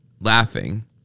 laughing